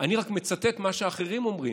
אני רק מצטט מה שאחרים אומרים.